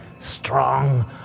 Strong